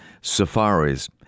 Safaris